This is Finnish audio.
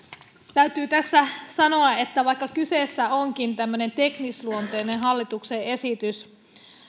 täytyy tässä sanoa että vaikka kyseessä onkin tämmöinen teknisluonteinen hallituksen esitys